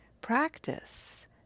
Practice